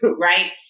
Right